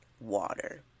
water